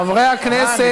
חברי הכנסת